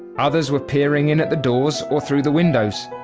others were peering in at the doors or through the windows.